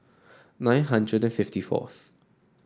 nine hundred fifty fourth